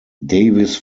davis